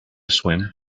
swim